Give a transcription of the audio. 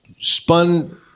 Spun